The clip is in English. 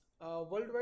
worldwide